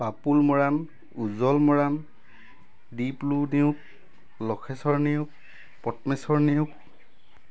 Papul Moran Ujjwal Moran Diplu Neog Lakheswar Neog Padmeswar Neog